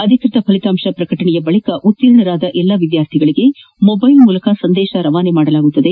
ಅಧಿಕೃತ ಫಲಿತಾಂಶ ಪ್ರಕಟಣೆಯ ಬಳಿಕ ಉತ್ತೀರ್ಣಗೊಂಡ ಎಲ್ಲಾ ವಿದ್ಯಾರ್ಥಿಗಳಿಗೆ ಮೊಬೈಲ್ ಮೂಲಕ ಸಂದೇಶ ರವಾನೆಯಾಗುವುದು